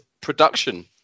production